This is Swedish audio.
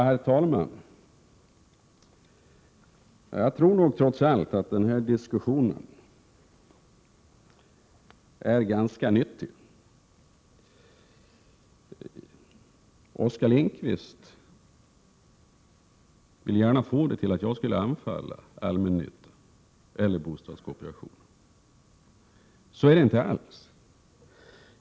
Herr talman! Jag tror trots allt att den här diskussionen är ganska nyttig. Oskar Lindkvist vill gärna få det till att jag skulle anfalla allmännyttan eller bostadskooperationen. Så är det inte alls.